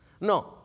No